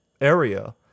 area